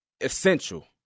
essential